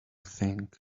thing